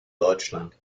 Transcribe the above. deutschland